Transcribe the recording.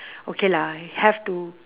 okay lah I have to